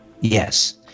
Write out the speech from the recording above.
Yes